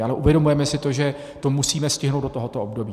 Ale uvědomujeme si to, že to musíme stihnout do tohoto období.